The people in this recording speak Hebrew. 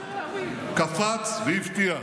קפץ והבטיח: